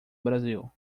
brasil